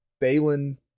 Balin